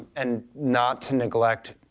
and not to neglect